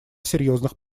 серьезных